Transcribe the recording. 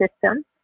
system